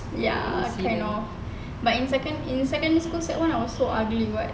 ya kind of but in second in secondary school sec one I was so ugly [what]